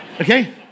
Okay